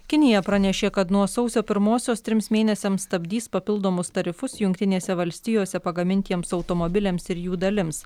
kinija pranešė kad nuo sausio pirmosios trims mėnesiams stabdys papildomus tarifus jungtinėse valstijose pagamintiems automobiliams ir jų dalims